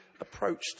approached